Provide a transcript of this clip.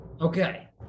Okay